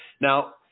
Now